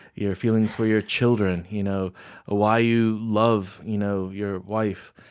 your feelings for your children, you know ah why you love you know your wife